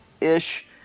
ish